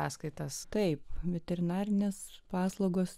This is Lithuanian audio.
sąskaitas taip veterinarinės paslaugos